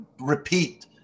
repeat